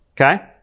Okay